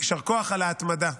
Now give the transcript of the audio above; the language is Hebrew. יישר כוח על ההתמדה,